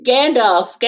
Gandalf